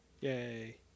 Yay